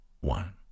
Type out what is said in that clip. one